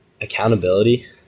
Accountability